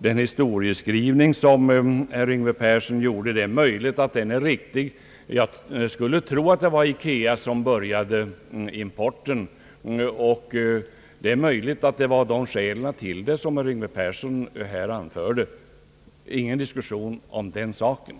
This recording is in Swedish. den historieskrivning som herr Yngve Persson gjorde. Det är möjligt att den är riktig. Jag skulle tro att det var IKEA som började med importen, och det är möjligt att det var av de skäl som herr Yngve Persson anförde — det är ingen diskussion om den saken.